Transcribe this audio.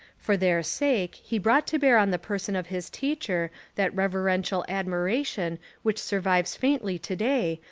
for their sake he brought to bear on the person of his teacher that reverential admiration which sur vives faintly to-day,